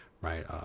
right